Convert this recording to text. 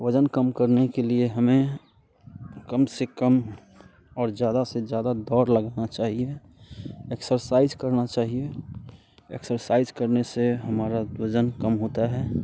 वजन कम करने के लिए हमें कम से कम और ज़्यादा से ज़्यादा दौड़ लगाना चाहिए एक्सरसाइज करना चाहिए एक्सरसाइज करने से हमारा वजन कम होता है